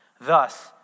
Thus